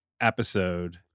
episode